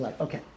Okay